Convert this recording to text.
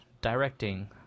Directing